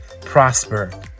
prosper